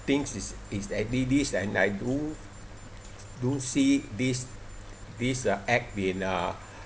thinks is is and I do do see this this act in uh